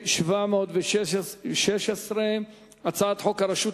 אשרינו שאתה, תודה לך, אדוני היושב-ראש.